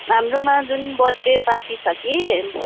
हाम्रोमा जुन birthday party छ कि